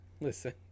listen